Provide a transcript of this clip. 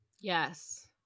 Yes